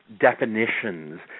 definitions